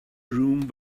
room